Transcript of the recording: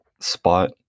spot